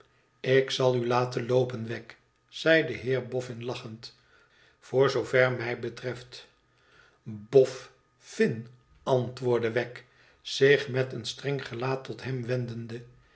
lik zal u laten loopen wegg zei de heer boffin lachend t voor zoover mij betreft bof fin antwoordde wegg zich met een streng gelaat tot hem wendende